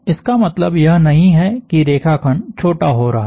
इसका मतलब यह नहीं है कि रेखाखंड छोटा हो रहा है